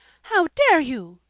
how dare you!